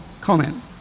comment